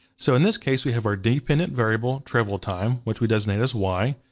so in this case, we have our dependent variable, travel time, which we designate as y,